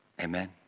Amen